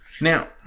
Now